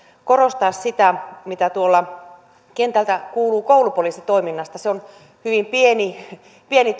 korostaa sitä mitä kentältä kuuluu koulupoliisitoiminnasta se on hyvin pieni pieni